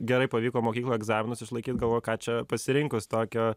gerai pavyko mokyklą egzaminus išlaikyt galvojau ką čia pasirinkus tokio